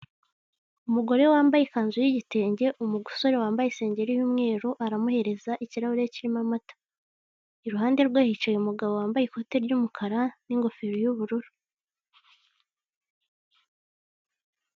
Umugore wambaye ikanzu y'igitenge, umusore wambaye isengeri y'umweru, aramuhereza ikirahure kirimo amata. Iruhande rwe hicaye umugabo wambaye ikote ry'umukara, n'ingofero y'ubururu.